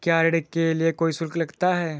क्या ऋण के लिए कोई शुल्क लगता है?